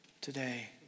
today